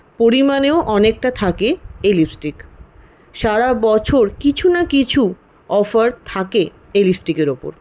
পরিমাণেও অনেকটা থাকে এই লিপস্টিক সারা বছর কিছু না কিছু অফার থাকে এই লিপস্টিকের ওপর